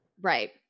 right